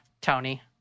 Tony